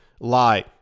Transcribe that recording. lie